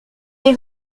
est